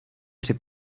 při